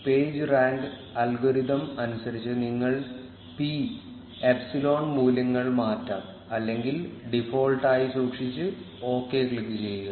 page rank algorithm അനുസരിച്ച് നിങ്ങൾക്ക് P epsilon മൂല്യങ്ങൾ മാറ്റാം അല്ലെങ്കിൽ ഡിഫോൾട്ടായി സൂക്ഷിച്ച് ഒകെ ക്ലിക്ക് ചെയ്യുക